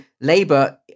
Labour